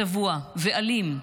צבוע ואלים,